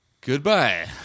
goodbye